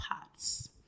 parts